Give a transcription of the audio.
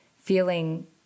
feeling